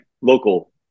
local